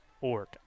org